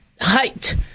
height